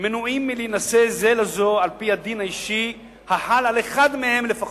מנועים מלהינשא זה לזו על-פי הדין האישי החל על אחד מהם לפחות,